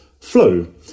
flow